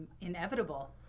inevitable